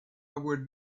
would